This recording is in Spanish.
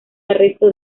arresto